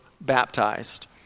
baptized